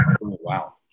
Wow